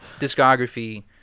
discography